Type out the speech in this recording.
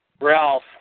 Ralph